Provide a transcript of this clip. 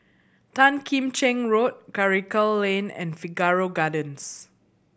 Tan Kim Cheng Road Karikal Lane and Figaro Gardens